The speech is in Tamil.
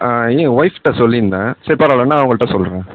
ஆ என் ஒய்ஃப்கிட்ட சொல்லியிருந்தேன் சரி பரவாயில்ல நான் அவங்கள்கிட்ட சொல்கிறேன்